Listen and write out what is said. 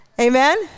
Amen